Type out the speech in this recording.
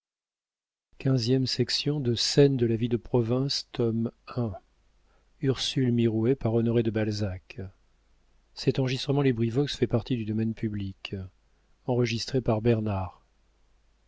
de scène de la vie de province tome i author honoré de balzac